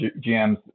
GM's